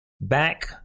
back